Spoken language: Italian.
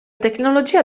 tecnologia